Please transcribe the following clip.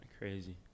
crazy